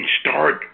start